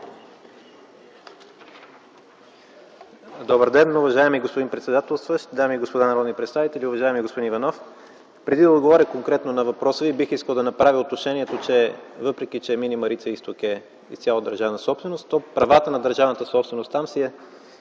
Добър ден! Уважаеми господин председателстващ, дами и господа народни представители! Уважаеми господин Иванов, преди да отговоря конкретно на въпроса Ви, бих искал да направя уточнението, че въпреки че „Мини Марица изток” са изцяло държавна собственост, то правата на държавната собственост там се